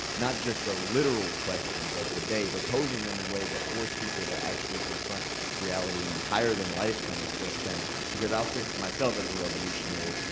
not just a literal questions of the day, but posing them in ways that force people to actually confront reality in a higher than life kind of sense, because i'll say for myself, as a revolutionary,